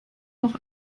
noch